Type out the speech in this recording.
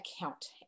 account